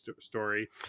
story